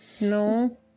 No